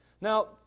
Now